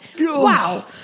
Wow